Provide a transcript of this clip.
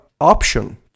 option